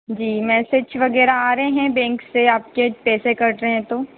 जी message वगैरह आ रहे है बैंक से आपके पैसे कट रहे हैं तो